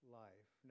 life